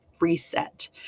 reset